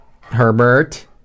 Herbert